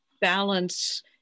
balance